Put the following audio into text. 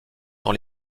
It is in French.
dans